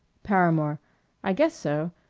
paramore i guess so.